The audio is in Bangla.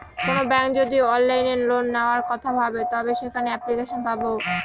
কোনো ব্যাঙ্ক যদি অনলাইনে লোন নেওয়ার কথা ভাবে তবে সেখানে এপ্লিকেশন পাবে